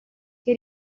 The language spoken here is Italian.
che